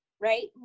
right